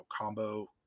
combo